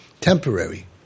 Temporary